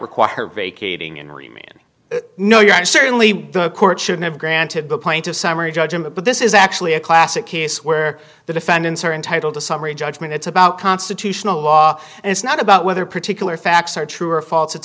require vacating in remain no you and certainly the court should have granted the point of summary judgment but this is actually a classic case where the defendants are entitled to summary judgment it's about constitutional law and it's not about whether particular facts are true or false it's